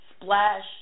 Splash